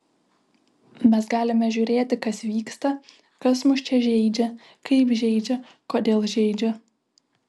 mes galime žiūrėti kas vyksta kas mus čia žeidžia kaip žeidžia kodėl žeidžia